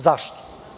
Zašto?